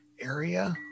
area